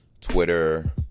Twitter